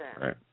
Right